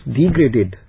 degraded